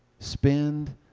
Spend